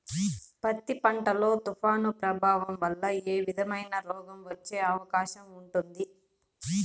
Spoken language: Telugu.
పత్తి పంట లో, తుఫాను ప్రభావం వల్ల ఏ విధమైన రోగం వచ్చే అవకాశం ఉంటుంది?